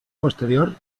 posterior